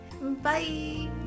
bye